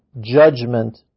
judgment